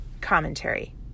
commentary